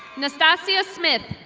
nastasia smith.